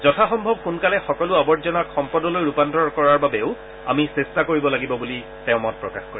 যথাসম্ভৱ সোনকালে সকলো আৱৰ্জনাক সম্পদলৈ ৰূপান্তৰ কৰাৰ বাবেও আমি চেষ্টা কৰিব লাগিব বুলি তেওঁ মত প্ৰকাশ কৰে